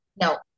No